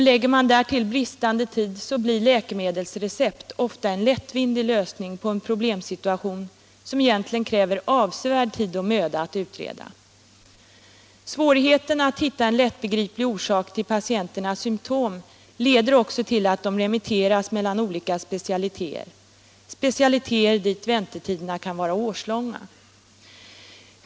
Lägger man därtill bristande tid, blir läkemedelsrecept ofta en lättvindig lösning på en problemsituation som egentligen kräver avsevärd tid och möda att utreda. Svårigheten att hitta en lättbegriplig orsak till patienternas symtom leder också till att de remitteras mellan olika specialiteter, dit väntetiderna kan vara årslånga.